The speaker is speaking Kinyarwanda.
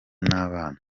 n’abana